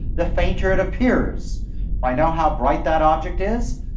the fainter it appears. if i know how bright that object is,